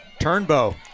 Turnbow